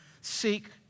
seek